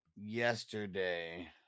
yesterday